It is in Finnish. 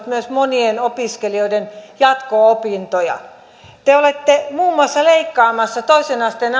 myös monien opiskelijoiden jatko opintoja te olette muun muassa leikkaamassa toisen asteen